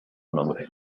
nombre